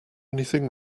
anything